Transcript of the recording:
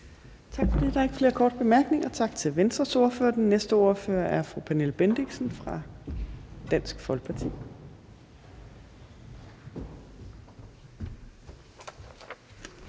Torp): Der er ikke flere korte bemærkninger. Tak til Venstres ordfører. Den næste ordfører er fru Pernille Bendixen, Dansk Folkeparti.